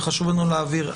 וחשוב לנו להעביר.